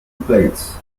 plates